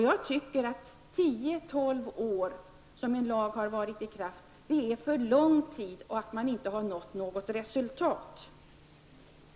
Jag tycker att de tio-- tolv år som den aktuella lagen har varit i kraft är en alltför lång tid med tanke på att inget resultat har nåtts.